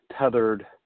tethered